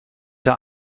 der